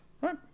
Right